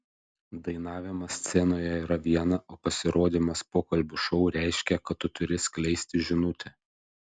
dainavimas scenoje yra viena o pasirodymas pokalbių šou reiškia kad tu turi skleisti žinutę